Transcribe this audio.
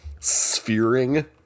sphering